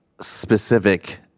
specific